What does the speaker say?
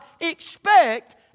expect